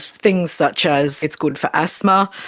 things such as it's good for asthma,